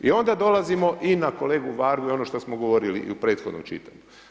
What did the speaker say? I onda dolazimo i na kolegu Vargu i ono što smo govorili i u prethodnom čitanju.